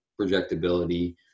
projectability